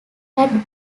had